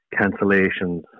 cancellations